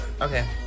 Okay